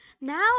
Now